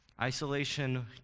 Isolation